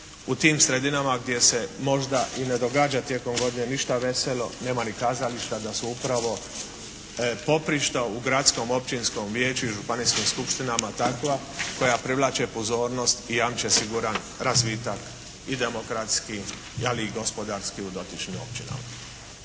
u tim sredinama gdje se možda i ne događa tijekom godine ništa veselo. Nema ni kazališta da se upravo poprišta u gradskom, općinskom vijeću i županijskim skupštinama takva koja privlače pozornost i jamče siguran razvitak i demokratski ali i gospodarski u dotičnim općinama.